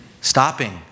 Stopping